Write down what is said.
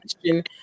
question